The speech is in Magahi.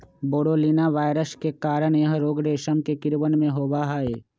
बोरोलीना वायरस के कारण यह रोग रेशम के कीड़वन में होबा हई